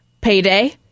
payday